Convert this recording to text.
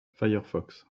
firefox